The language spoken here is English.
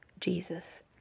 Jesus